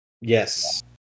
Yes